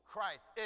Christ